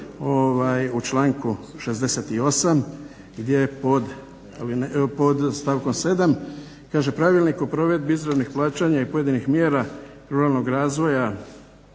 u članku 68. gdje pod stavkom 7. kaže: "Pravilnik o provedbi izravnih plaćanja i pojedinih mjera ruralnog razvoja